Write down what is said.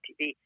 TV